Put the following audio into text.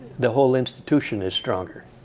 the whole institution is stronger.